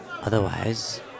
Otherwise